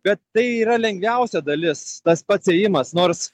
bet tai yra lengviausia dalis tas pats įėjimas nors